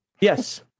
yes